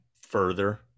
further